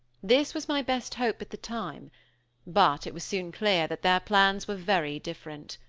this was my best hope at the time but it was soon clear that their plans were very different.